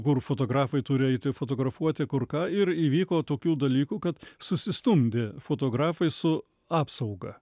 kur fotografai turi eiti fotografuoti kur ką ir įvyko tokių dalykų kad susistumdė fotografai su apsauga